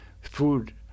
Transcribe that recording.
food